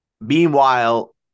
Meanwhile